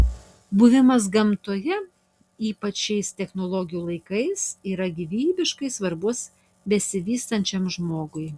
buvimas gamtoje ypač šiais technologijų laikais yra gyvybiškai svarbus besivystančiam žmogui